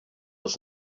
was